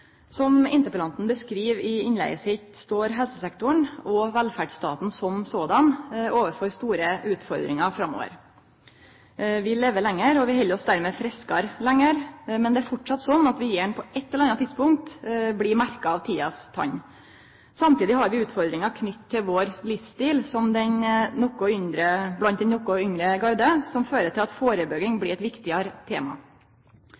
Som interpellanten beskriv i innlegget sitt, står helsesektoren og velferdsstaten overfor store utfordringar framover. Vi lever lenger, og vi held oss dermed friskare lenger, men det er framleis slik at vi gjerne på eit eller anna tidspunkt blir merkte av tidas tann. Samstundes har vi utfordringar knytte til vår livsstil blant den noko yngre garde, som fører til at førebygging blir eit viktigare tema.